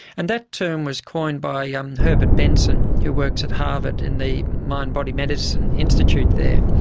and that term was coined by yeah um herbert benson who works at harvard in the mind body medicine institute there,